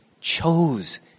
chose